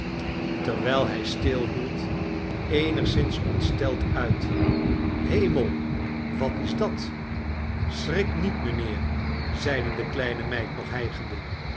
terwijl u nelly hij stilhield eenigszins ontsteld uit hemell wat is dat schrik niet mijnheerl zeide de kleine meid nog hijgende